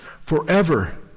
forever